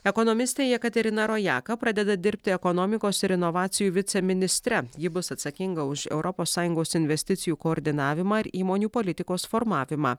ekonomistė jekaterina rojaka pradeda dirbti ekonomikos ir inovacijų viceministre ji bus atsakinga už europos sąjungos investicijų koordinavimą ir įmonių politikos formavimą